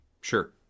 Sure